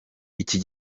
iki